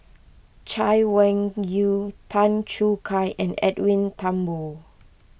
Chay Weng Yew Tan Choo Kai and Edwin Thumboo